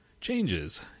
changes